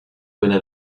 buena